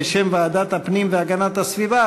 בשם ועדת הפנים והגנת הסביבה,